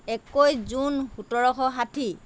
একৈছ জুন সোতৰশ ষাঠি